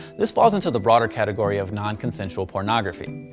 this falls into the broader category of non-consensual pornography.